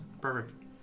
Perfect